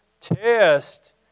test